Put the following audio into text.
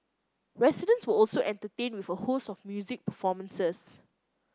residents were also entertained with a host of music performances